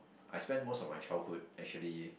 I spend most of my childhood actually